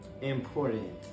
important